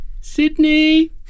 Sydney